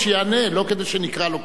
לא כדי שנקרא לו קריאות ביניים.